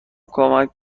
کمکم